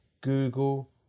Google